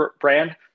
brand